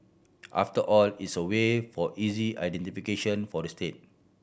after all it's a way for easy identification for the state